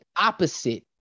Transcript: opposite